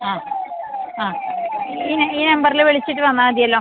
ആ ആ ഈ ഈ നമ്പറിൽ വിളിച്ചിട്ട് വന്നാൽ മതിയല്ലോ